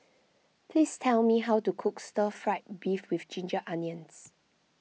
please tell me how to cook Stir Fried Beef with Ginger Onions